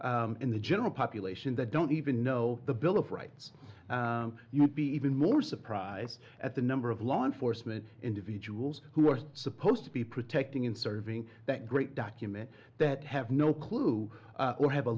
in the general population that don't even know the bill of rights you would be even more surprised at the number of law enforcement individuals who are supposed to be protecting and serving that great document that have no clue or have a